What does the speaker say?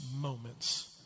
moments